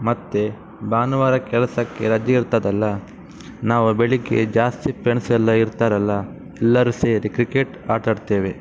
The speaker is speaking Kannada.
ಮತ್ತು ಭಾನುವಾರ ಕೆಲಸಕ್ಕೆ ರಜೆ ಇರ್ತದಲ್ಲ ನಾವು ಬೆಳಿಗ್ಗೆ ಜಾಸ್ತಿ ಪ್ರೆಂಡ್ಸ್ ಎಲ್ಲ ಇರ್ತಾರಲ್ಲ ಎಲ್ಲರು ಸೇರಿ ಕ್ರಿಕೆಟ್ ಆಟಾಡ್ತೇವೆ